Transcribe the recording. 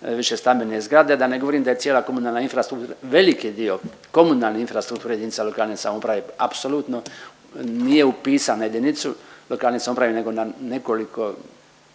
višestambene zgrade, da ne govorim da je cijela komunalna infrastru… veliki dio komunalne infrastrukture jedinica lokalne samouprave apsolutno nije upisan na jedinicu lokalne samouprave nego na nekoliko